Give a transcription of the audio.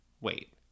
Wait